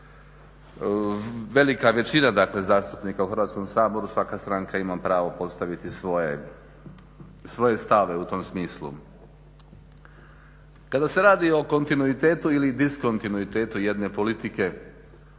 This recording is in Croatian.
velika većina dakle zastupnika u Hrvatskom saboru, svaka stranka ima pravo postaviti svoje stave u tom smislu. Kada se radi o kontinuitetu ili diskontinuitetu jedne politike,